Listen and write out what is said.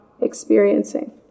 experiencing